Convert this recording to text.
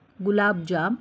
गुलाबजाम